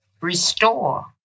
restore